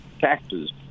Taxes